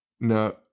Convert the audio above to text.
No